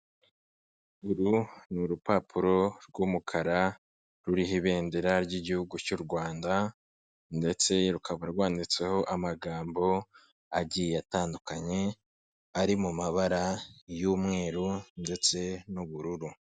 Uru ni urupapuro rw'umukara ruriho ibendera ry'igihugu cy'u Rwanda ndetse rukaba rwanditseho amagambo agiye atandukanye, ari mu mabara y'umweru ndetse n'ubururu.